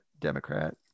Democrat